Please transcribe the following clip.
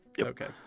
Okay